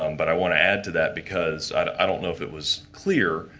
um but i want to add to that because i don't know if it was clear,